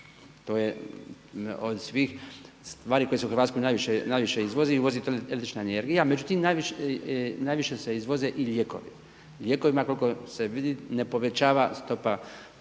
To je od svih stvari koje se u Hrvatskoj najviše izvozi i uvozi električna energija, međutim najviše se izvoze i lijekovi. Lijekovima koliko se vidi ne povećava stopa